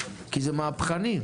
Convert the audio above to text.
כי זה מהפכני,